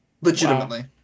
Legitimately